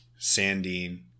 Sandine